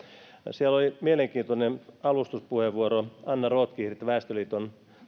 siellä oli mielenkiintoinen alustuspuheenvuoro anna rotkirchilta väestöliiton